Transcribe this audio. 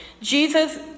Jesus